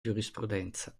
giurisprudenza